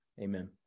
amen